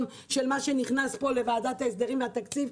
של מה שנכנס פה לחוק ההסדרים והתקציב,